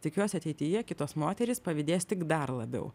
tikiuosi ateityje kitos moterys pavydės tik dar labiau